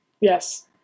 Yes